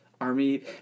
army